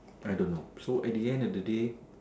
I don't know so at the end at the day